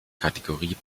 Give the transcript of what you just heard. kategorie